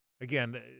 Again